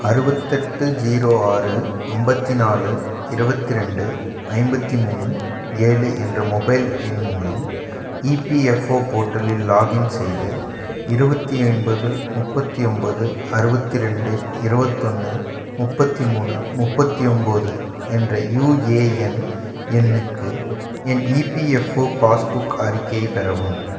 அறுபத்தெட்டு ஜீரோ ஆறு ஐம்பத்தி நாலு இருவத்தி ரெண்டு ஐம்பத்தி மூணு ஏழு என்ற மொபைல் எண் மூலம் இபிஎஃப்ஓ போரட்டலில் லாகின் செய்து இருபத்தி ஐம்பது முப்பத்தி ஒன்பது அறுபத்தி ரெண்டு இருபத்தொன்னு முப்பத்தி மூணு முப்பத்தி ஒம்போது என்ற யூஏஎன் எண்ணுக்கு என் இபிஎஃப்ஓ பாஸ்புக் அறிக்கையை பெறவும்